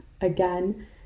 Again